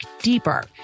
deeper